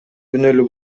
күнөөлүү